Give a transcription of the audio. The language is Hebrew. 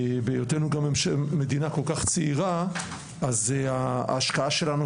בהיותנו גם מדינה כל כך צעירה אז ההשקעה שלנו,